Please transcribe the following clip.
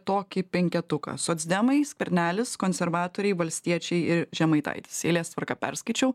tokį penketuką socdemai skvernelis konservatoriai valstiečiai ir žemaitaitis eilės tvarka perskaičiau